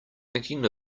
thinking